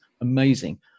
Amazing